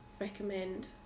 recommend